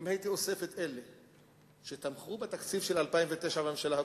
אם הייתי אוסף את אלה שתמכו בתקציב 2009 בממשלה הקודמת,